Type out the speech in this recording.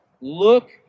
look